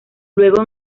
luego